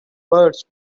words